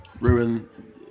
ruin